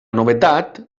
novetat